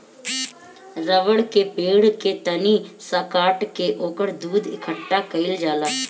रबड़ के पेड़ के तनी सा काट के ओकर दूध इकट्ठा कइल जाला